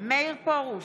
מאיר פרוש,